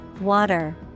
water